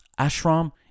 Ashram